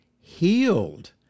healed